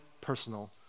personal